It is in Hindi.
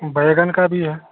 बैंगन का भी है